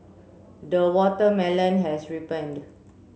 the watermelon has ripened